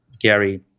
Gary